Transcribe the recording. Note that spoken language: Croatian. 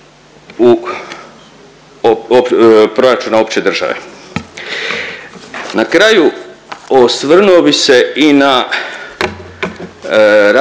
u proračuna opće države. Na kraju osvrnuo bi se i na raspravu